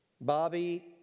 Bobby